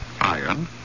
Iron